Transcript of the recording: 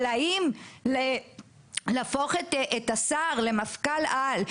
אבל האם להפוך את השר למפכ"ל על,